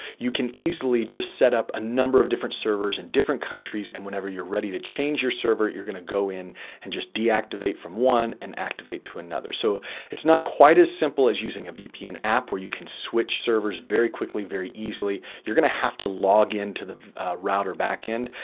you can easily just set up a number of different servers in different countries, and whenever you're ready to change your server you're going to go in and just deactivate from one and activate to another. so it's not quite as simple as using a vpn app where you can switch servers very quickly, very easily, you're going to have to log in to the router backend.